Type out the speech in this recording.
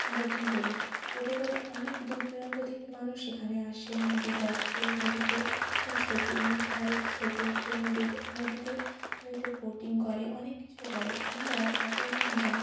boating করি বোটে করে অনেক দূর দূরান্ত থেকে মানুষ সেখানে আসে নদী দেখে নদীতে ছবি নদীর ধারে ছবি ওঠে নদীর নদীতে নদীতে বোটিং করে অনেক কিছুই করে আমরাও একেক দিন যায়